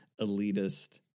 elitist